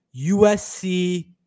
USC